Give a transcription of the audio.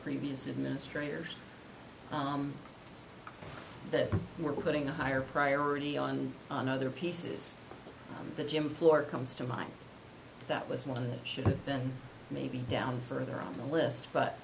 previous administrators that were putting a higher priority on on other pieces the gym floor comes to mind that was one should have been maybe down further on the list but